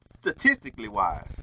statistically-wise